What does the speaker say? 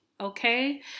Okay